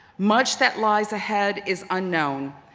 much that lies ahead is unknown,